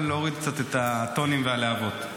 אבל להוריד קצת את הטונים והלהבות.